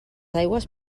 aigües